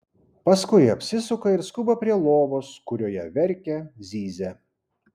paskui apsisuka ir skuba prie lovos kurioje verkia zyzia